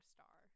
Star